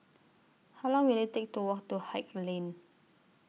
How Long Will IT Take to Walk to Haig Lane